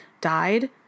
died